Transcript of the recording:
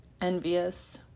envious